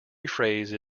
rephrase